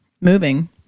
moving